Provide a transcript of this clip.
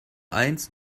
eins